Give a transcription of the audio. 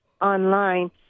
online